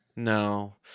No